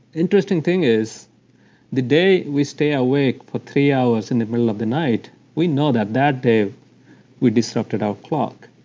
interesting thing is the day we stay awake for three hours in the middle of the night we know that, that day we've disrupted our clock,